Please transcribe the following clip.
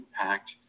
impact